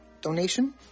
donation